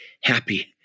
happy